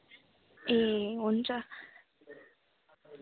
ए हुन्छ